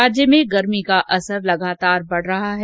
राज्य में गर्मी का असर लगातार बढ रहा है